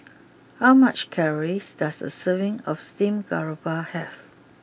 how much calories does a serving of Steamed Garoupa have